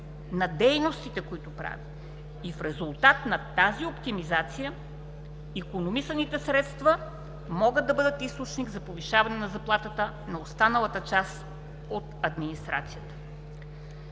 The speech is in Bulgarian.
на дейностите, които прави. В резултат на тази оптимизация икономисаните средства могат да бъдат източник за повишаване на заплатата на останалата част от администрацията.